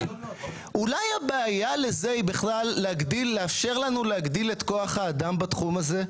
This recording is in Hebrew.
אולי הבעיה לזה היא בכלל לאפשר לנו להגדיל את כוח האדם בתחום הזה?